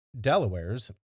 Delawares